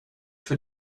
för